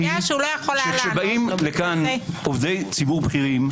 כשבאים לפה עובדי ציבור בכירים,